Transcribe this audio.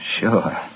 Sure